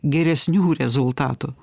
geresnių rezultatų